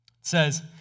says